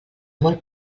molt